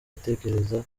atekereza